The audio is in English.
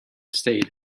stayed